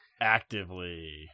Actively